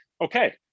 Okay